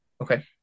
Okay